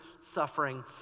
suffering